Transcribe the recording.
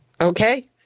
Okay